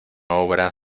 obra